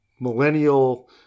millennial